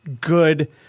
good